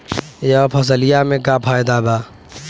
यह फसलिया में का फायदा बा?